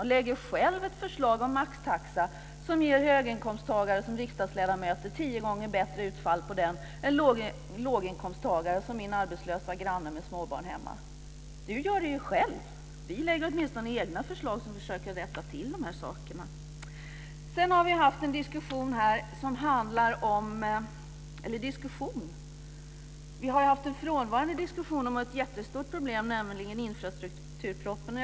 Han lägger själv fram ett förslag om maxtaxa som ger höginkomsttagare som riksdagsledamöter tio gånger bättre utfall än låginkomsttagare som min arbetslösa granne med småbarn. Ni gör det ju själva! Vi lägger åtminstone fram egna förslag som försöker rätta till dessa saker. Diskussionen om ett jättestort problem, nämligen infrastrukturpropositionen, har uteblivit.